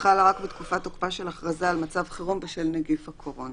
חלה רק בתקופת תוקפה של הכרזה על מצב חירום בשל נגיף הקורונה.